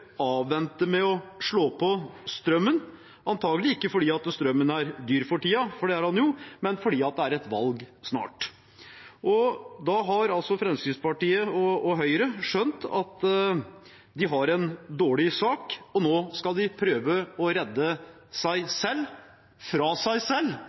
med å slå på strømmen – antagelig ikke fordi strømmen er dyr for tiden, for det er den jo, men fordi det er et valg snart. Fremskrittspartiet og Høyre har altså skjønt at de har en dårlig sak, og nå skal de prøve å redde seg selv fra seg selv,